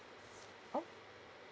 oh